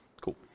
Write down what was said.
Cool